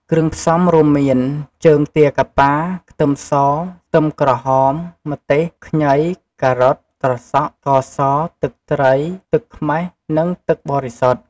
គ្រឿងផ្សំរួមមាន ជើងទាកាប៉ា, ខ្ទឹមស, ខ្ទឹមក្រហម, ម្ទេស, ខ្ញី, ការ៉ុត, ត្រសក់, ស្ករស, ទឹកត្រី, ទឹកខ្មេះ និងទឹកបរិសុទ្ធ។